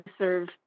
serve